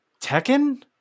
Tekken